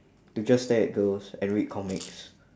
to just stare at girls and read comics